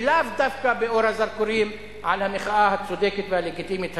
ולאו דווקא במחאה הצודקת והלגיטימית הזאת,